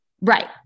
Right